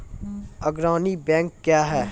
अग्रणी बैंक क्या हैं?